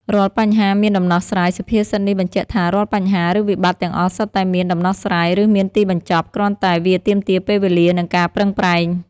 រាល់បញ្ហាមានដំណោះស្រាយ សុភាសិតនេះបញ្ជាក់ថា រាល់បញ្ហា ឬវិបត្តិទាំងអស់សុទ្ធតែមាន ដំណោះស្រាយ ឬមានទីបញ្ចប់ គ្រាន់តែវាទាមទារពេលវេលា និងការប្រឹងប្រែង។